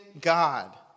God